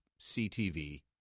CTV